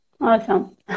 Awesome